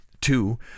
Two